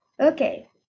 Okay